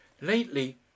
Lately